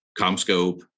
Comscope